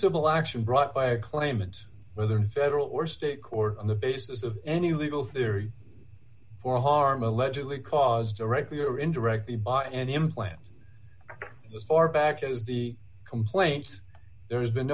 civil action brought by a claimant whether federal or state court on the basis of any legal theory for harm allegedly caused directly or indirectly by an implant as far back as the complaint there has been